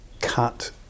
cut